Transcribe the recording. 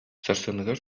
сарсыныгар